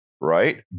right